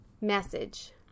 message